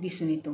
दिसून येतो